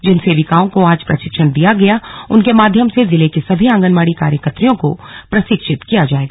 जिन सेविकाओं को को आज प्रशिक्षण दिया गया उनके माध्यम से जिले की सभी आंगनबाड़ी कार्यत्रियों को प्रशिक्षत किया जाएगा